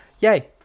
Yay